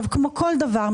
כמו כל דבר,